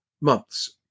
months